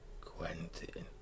Quentin